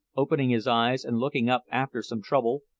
opening his eyes and looking up after some trouble,